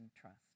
trust